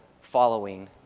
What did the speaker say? following